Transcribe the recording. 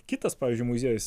kitas pavyzdžiui muziejus